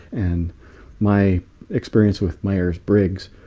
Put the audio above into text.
and my experience with myers-briggs